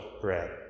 bread